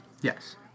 Yes